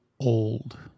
old